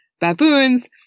baboons